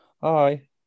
Hi